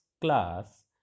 class